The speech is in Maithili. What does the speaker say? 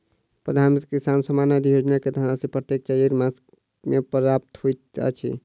प्रधानमंत्री किसान सम्मान निधि योजना के धनराशि प्रत्येक चाइर मास मे प्राप्त होइत अछि